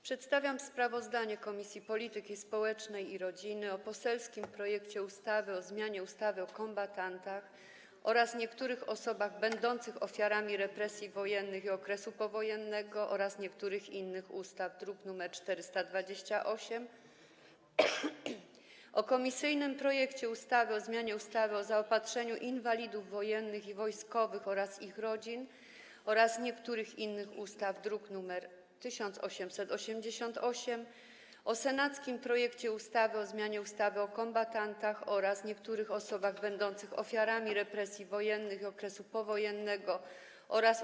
Przedstawiam sprawozdanie Komisji Polityki Społecznej i Rodziny o poselskim projekcie ustawy o zmianie ustawy o kombatantach oraz niektórych osobach będących ofiarami represji wojennych i okresu powojennego oraz niektórych innych ustaw, druk nr 428, o komisyjnym projekcie ustawy o zmianie ustawy o zaopatrzeniu inwalidów wojennych i wojskowych oraz ich rodzin oraz niektórych innych ustaw, druk nr 1888, o senackim projekcie ustawy o zmianie ustawy o kombatantach oraz niektórych osobach będących ofiarami represji wojennych i okresu powojennego oraz